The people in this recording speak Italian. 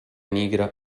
nigra